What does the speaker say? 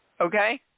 Okay